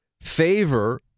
favor